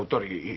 but you